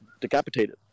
decapitated